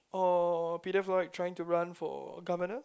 or Peter Floyd trying to run for governor